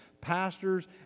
pastors